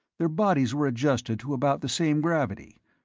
their bodies were adjusted to about the same gravity.